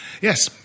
Yes